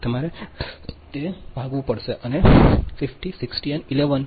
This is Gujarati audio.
તેથી તમારે તે ભાગવું પડશે 50 60 11 0